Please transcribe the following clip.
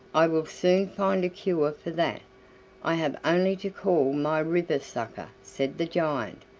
i will soon find a cure for that i have only to call my river-sucker, said the giant,